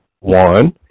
one